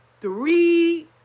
three